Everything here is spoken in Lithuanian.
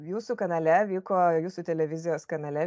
jūsų kanale vyko jūsų televizijos kanale